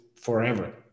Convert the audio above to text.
forever